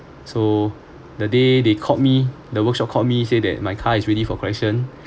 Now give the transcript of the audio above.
so the day they called me the workshop called me say that my car is ready for collection